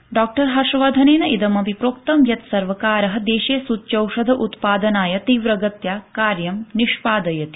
doctor हर्षवर्धनेन प्रोक्तमिदं यत् सर्वकार देशे सूच्यौषध उत्पादनाय द्रतगत्या कार्यम् निष्पादयति